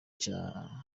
cya